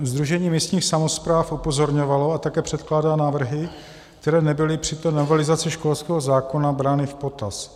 Sdružení místních samospráv upozorňovalo a také předkládá návrhy, které nebyly při té novelizaci školského zákona brány v potaz.